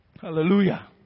Hallelujah